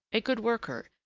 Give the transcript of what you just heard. a good worker,